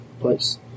place